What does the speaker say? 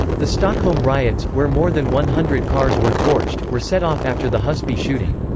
the stockholm riots, where more than one hundred cars were torched, were set off after the husby shooting.